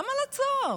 למה לעצור?